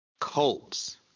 Colts